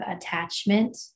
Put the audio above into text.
attachment